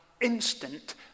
instant